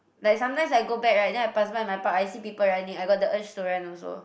like sometimes I go back right then I pass by my park I see people running I got the urge to run also